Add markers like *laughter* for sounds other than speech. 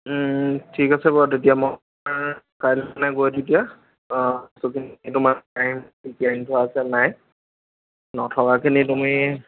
ঠিক আছে বাৰু তেতিয়া মই কাইলে মানে গৈ তেতিয়া অঁ *unintelligible* আছেন নাই নথকাখিনি তুমি